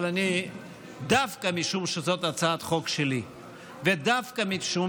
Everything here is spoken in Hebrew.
אבל דווקא משום שזאת הצעת חוק שלי ודווקא משום